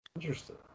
interesting